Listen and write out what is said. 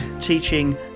teaching